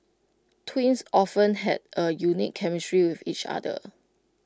twins often have A unique chemistry with each other